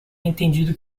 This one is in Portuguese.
entendido